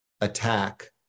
attack